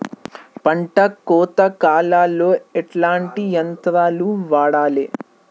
పంట కోత కాలాల్లో ఎట్లాంటి యంత్రాలు వాడాలే?